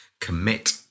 commit